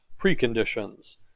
preconditions